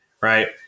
right